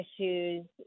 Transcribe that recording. issues